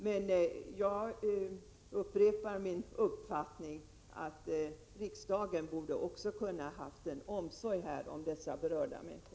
Men jag upprepar min uppfattning: Riksdagen borde kunna visa omsorg om dessa berörda människor.